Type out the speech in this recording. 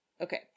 Okay